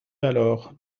d’alors